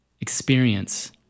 experience